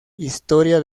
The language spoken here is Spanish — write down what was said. historia